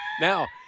Now